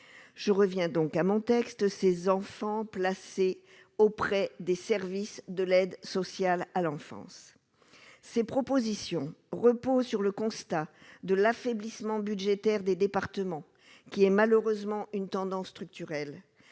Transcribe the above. je reviens donc à mon texte, ces enfants placés auprès des services de l'aide sociale à l'enfance, ces propositions repose sur le constat de l'affaiblissement budgétaire des départements qui est malheureusement une tendance structurelle